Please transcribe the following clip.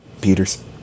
Peters